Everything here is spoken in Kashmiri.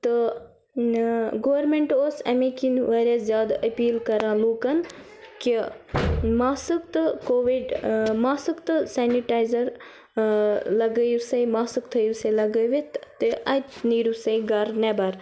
تہٕ گورمینٹہٕ اوس اَمے کِنۍ واریاہ زیادٕ أپیٖل کَران لوٗکَن کہِ ماسٕک تہٕ کووِڈ ماسٕک تہٕ سینِٹایزَر لَگٲیِو سا ماسٕک تھٲیِو سا لَگٲوِتھ تہٕ اَدٕ نیٖرِو سا گَرٕ نٮ۪بَر